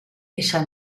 esa